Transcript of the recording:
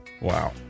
Wow